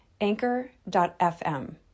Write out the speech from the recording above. Anchor.fm